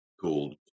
called